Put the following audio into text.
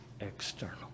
external